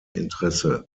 interesse